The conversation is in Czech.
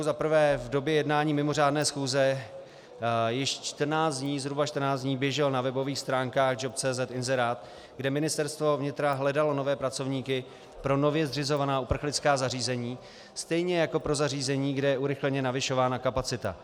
Za prvé v době jednání mimořádné schůze již zhruba 14 dní běžel na webových stránkách jobs.cz inzerát, kde Ministerstvo vnitra hledalo nové pracovníky pro nově zřizovaná uprchlická zařízení, stejně jako pro zařízení, kde je urychleně navyšována kapacita.